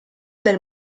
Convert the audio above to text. del